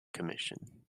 commission